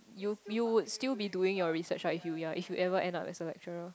you you would still be doing your research right ya if you ever end up as a lecturer